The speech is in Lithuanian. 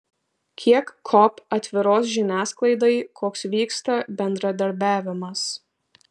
kiek kop atviros žiniasklaidai koks vyksta bendradarbiavimas